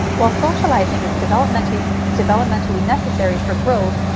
well socializing is developmentally and developmentally necessary for growth,